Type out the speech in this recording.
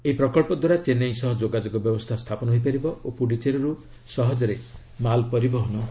ଏହି ପ୍ରକଳ୍ପ ଦ୍ୱାରା ଚେନ୍ନାଇ ସହ ଯୋଗାଯୋଗ ବ୍ୟବସ୍ଥା ସ୍ଥାପନ ହୋଇପାରିବ ଓ ପୁଡୁଚେରୀରୁ ସହଜରେ ମାଲ୍ ପରିବହନ ହେବ